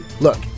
Look